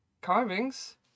carvings